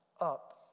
up